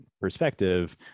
perspective